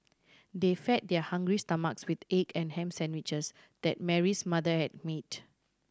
they fed their hungry stomachs with egg and ham sandwiches that Mary's mother had made